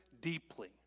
deeply